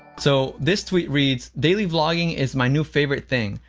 so this tweet reads, daily vlogging is my new favorite thing.